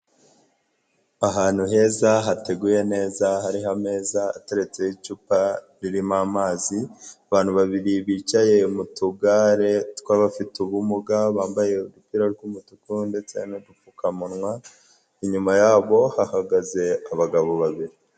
Ahantu heza hateguye neza hariho ameza ateretseho icupa ririmo amazi, abantu babiri bicaye mu tugare tw'abafite ubumuga, bambaye udupira rw'umutuku ndetse n'udupfukamunwa, inyuma yabo hahagaze abagabo babiri.